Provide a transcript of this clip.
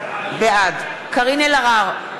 בעד קארין אלהרר,